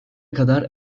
kadar